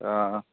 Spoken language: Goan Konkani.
आं